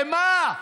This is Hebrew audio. למה?